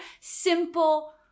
simple